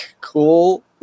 Cool